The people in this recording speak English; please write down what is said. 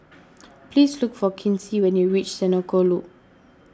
please look for Kinsey when you reach Senoko Loop